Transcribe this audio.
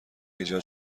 ایجاد